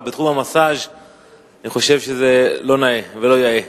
אבל בתחום המסאז' אני חושב שזה לא נאה ולא יאה.